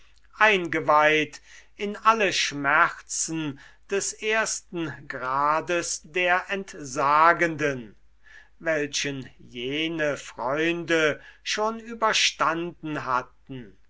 eingeweiht in alle schmerzen des ersten grades der entsagenden welchen jene freunde schon überstanden hatten